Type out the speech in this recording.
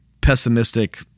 pessimistic